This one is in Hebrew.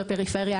בפריפריה